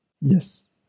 Yes